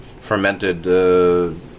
Fermented